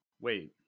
wait